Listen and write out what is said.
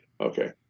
okay